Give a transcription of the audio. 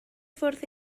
fwrdd